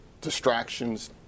distractions